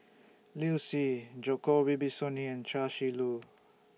Liu Si Djoko Wibisono and Chia Shi Lu